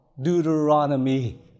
Deuteronomy